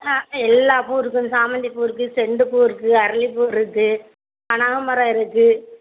ஆ எல்லாம் பூவும் இருக்குது சாமந்தி பூ இருக்குது செண்டு பூ இருக்குது அரளி பூ இருக்குது கனகாமரம் இருக்குது